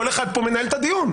כל אחד כאן מנהל את הדיון.